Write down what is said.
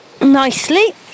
nicely